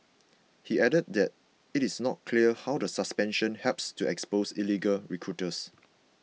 he added that it is not clear how the suspension helps to expose illegal recruiters